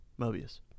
Mobius